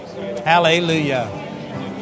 Hallelujah